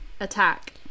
attack